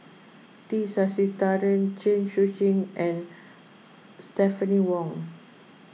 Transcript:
T Sasitharan Chen Sucheng and Stephanie Wong